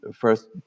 First